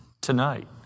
tonight